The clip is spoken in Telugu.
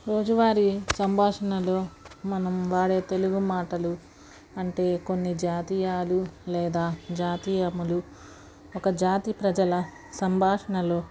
రోజువారి సంభాషణలు మనం వాడే తెలుగు మాటలు అంటే కొన్ని జాతీయాలు లేదా జాతీయములు ఒక జాతి ప్రజల సంభాషణలు